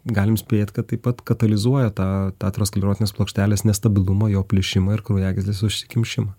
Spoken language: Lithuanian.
galim spėt kad taip pat katalizuoja tą tą aterosklerotinės plokštelės nestabilumą jo plėšimą ir kraujagyslės užsikimšimą